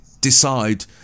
decide